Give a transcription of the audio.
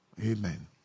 amen